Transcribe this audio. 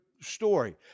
story